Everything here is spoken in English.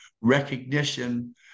recognition